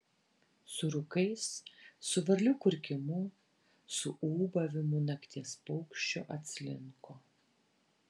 su rūkais su varlių kurkimu su ūbavimu nakties paukščio atslinko